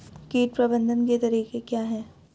कीट प्रबंधन के तरीके क्या हैं?